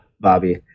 Bobby